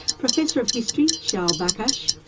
professor of history, shaul bakhash,